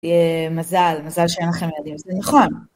מזל, מזל שאין לכם ילדים, זה נכון.